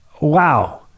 wow